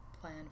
plan